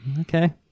Okay